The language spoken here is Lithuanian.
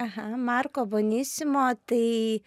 aha marko bosinimo tai